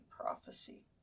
prophecy